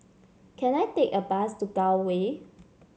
can I take a bus to Gul Way